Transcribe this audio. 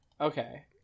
okay